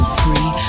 free